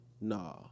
Nah